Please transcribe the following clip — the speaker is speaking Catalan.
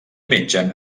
mengen